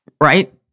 Right